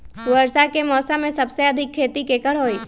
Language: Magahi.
वर्षा के मौसम में सबसे अधिक खेती केकर होई?